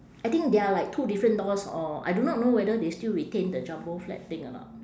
I think they are like two different doors or I do not know whether they still retain the jumbo flat thing or not